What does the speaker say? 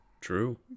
True